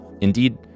Indeed